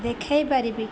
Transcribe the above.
ଦେଖେଇ ପାରିବି